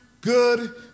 good